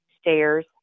stairs